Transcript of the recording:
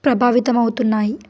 ప్రభావితమవుతున్నాయి